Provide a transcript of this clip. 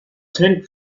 tin